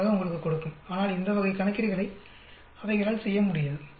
32 ஆக உங்களுக்குக் கொடுக்கும் ஆனால் இந்த வகை கணக்கீடுகளை அவைகளால் செய்ய முடியாது